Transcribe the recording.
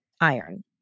iron